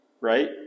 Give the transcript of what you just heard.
right